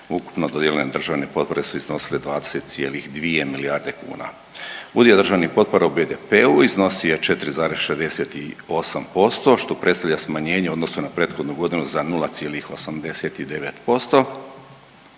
ukupno dodijeljeno državne potpore su iznosile 20,2 milijarde kuna. udio državnih potpora u BDP-u iznosio je 4,68% što predstavlja smanjenje u odnosu na prethodnu godinu za 0,89%